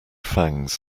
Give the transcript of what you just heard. fangs